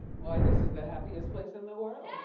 why, this is the happiest place in the world.